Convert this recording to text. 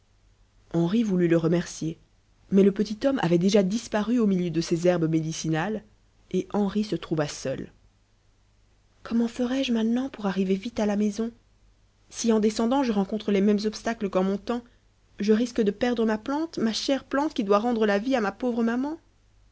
henri voulut le remercier mais le petit homme avait déjà disparu au milieu de ses herbes médicinales et henri se trouva seul comment ferai-je maintenant pour arriver vite à la maison si en descendant je rencontre les mêmes obstacles qu'en montant je risque de perdre ma plante ma chère plante qui doit rendre la vie à ma pauvre maman